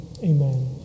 Amen